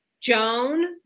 Joan